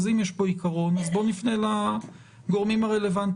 אם יש פה עיקרון אז בואו נפנה לגורמים הרלוונטיים.